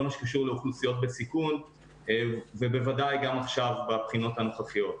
מה שקשור לאוכלוסיות בסיכון ובוודאי גם עכשיו בבחינות הנוכחיות.